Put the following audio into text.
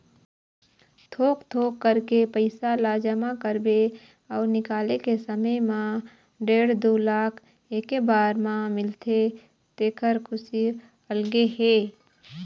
थोक थोक करके पइसा ल जमा करबे अउ निकाले के समे म डेढ़ दू लाख एके बार म मिलथे तेखर खुसी अलगे हे